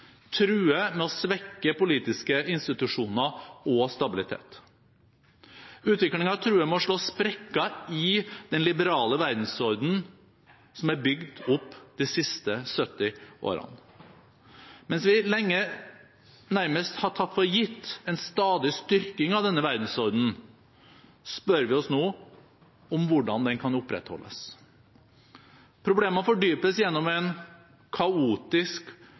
truer med å svekke politiske institusjoner og stabilitet. Utviklingen truer med å slå sprekker i den liberale verdensordenen som er bygd opp de siste 70 årene. Mens vi lenge nærmest har tatt for gitt en stadig styrking av denne verdensordenen, spør vi oss nå om hvordan den kan opprettholdes. Problemene fordypes gjennom en kaotisk